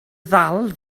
ddal